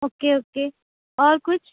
okay okay اور کچھ